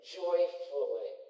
joyfully